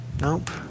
Nope